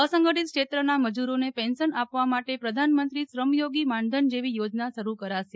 અસંગઠિત ક્ષેત્રના મજૂરોને પેન્શન આપવા માટે પ્રધાનમંત્રી શ્રમયોગી માનધન જેવી યોજના શરૂ કરાશે